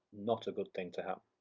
not a good thing to happen.